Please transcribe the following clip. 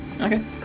Okay